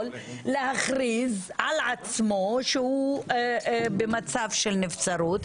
להכריז על עצמו שהוא במצב של נבצרות,